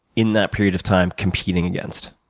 in that period of time, competing against?